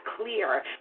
clear